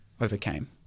overcame